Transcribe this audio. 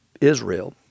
Israel